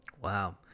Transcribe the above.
Wow